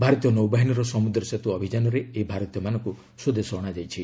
ଭାରତୀୟ ନୌବାହିନୀର ସମୁଦ୍ରସେତୁ ଅଭିଯାନରେ ଏହି ଭାରତୀୟ ମାନଙ୍କୁ ସ୍ୱଦେଶ ଅଣାଯାଇଛି